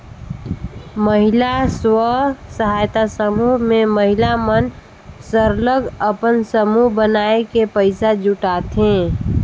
महिला स्व सहायता समूह में महिला मन सरलग अपन समूह बनाए के पइसा जुटाथें